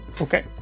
Okay